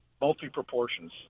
multi-proportions